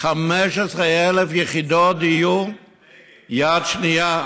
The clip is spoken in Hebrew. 15,000 יחידות דיור יד שנייה.